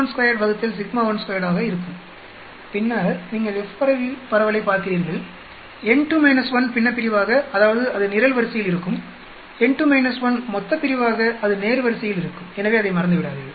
F s12 σ12 ஆக இருக்கும் பின்னர் நீங்கள் F பரவலைப் பார்க்கிறீர்கள் n2 1 பின்னப்பிரிவாகஅதாவதுஅது நிரல்வரிசையில் இருக்கும் n2 1 மொத்தப்பிரிவாக அது நேர்வரிசையில் இருக்கும்எனவே அதை மறந்துவிடாதீர்கள்